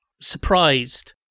surprised